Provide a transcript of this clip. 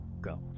Go